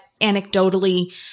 anecdotally